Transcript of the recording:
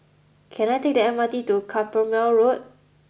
can I take the M R T to Carpmael Road